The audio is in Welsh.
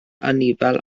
anifail